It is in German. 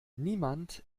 niemand